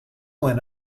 went